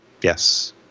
Yes